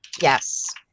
Yes